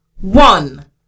one